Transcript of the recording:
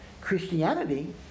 Christianity